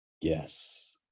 Yes